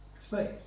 space